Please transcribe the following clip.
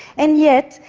and yet,